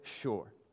sure